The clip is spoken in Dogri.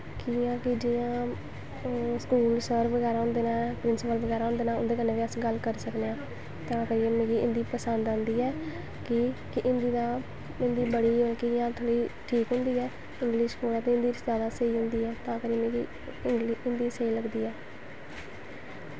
कि इ'यां कि जियां स्कूल सर बगैरा होंदे न प्रिंसिपल बगैरा होंदे न उंदे कन्नै अस गल्ल करी सकने आं तां करियै मिगी हिन्दी पसंद आंदी ऐ कि हिन्दी बड़ी इ'यां कि थोह्ड़ी ठीक होंदी ऐ इंग्लिश कोला ते हिंदी जादा स्हेई होंदी ऐ तां करियै मिगी हिन्दी स्हेई लगदी ऐ